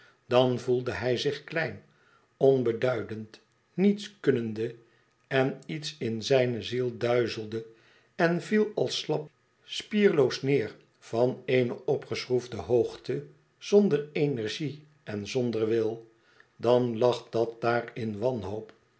dan voelde hij zich klein onbeduidend niets kunnende en iets in zijne ziel duizelde en viel als slap spierloos neêr van eene opgeschroefde hoogte zonder energie en zonder wil dan lag dat daar in wanhoop